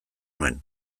nuen